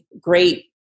great